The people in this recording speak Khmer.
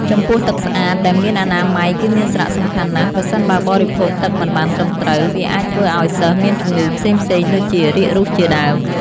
ចំពោះទឹកស្អាតដែលមានអនាម័យគឺមានសារៈសំខាន់ណាស់ប្រសិនបើបរិភោគទឹកមិនបានត្រឹមត្រូវ វាអាចធ្វើឲ្យសិស្សមានជម្ងឺផ្សេងៗដូចជា រាគរូសជាដើម។